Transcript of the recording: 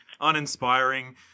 uninspiring